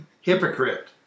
Hypocrite